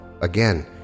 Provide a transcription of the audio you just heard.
again